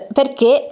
perché